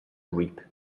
reap